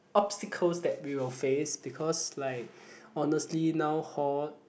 obstacles that we will face because like honestly now hall